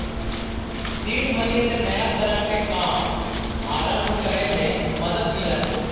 seed money से नया तरह के काम आरंभ करे में मदद मिलऽ हई